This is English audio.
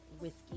Whiskey